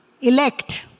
elect